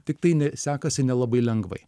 tiktai ne sekasi nelabai lengvai